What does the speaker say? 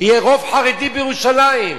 יהיה רוב חרדי בירושלים.